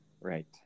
Right